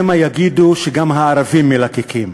שמא יגידו שגם הערבים מלקקים.